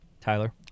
Tyler